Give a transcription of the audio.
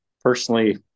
Personally